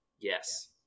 Yes